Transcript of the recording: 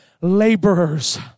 laborers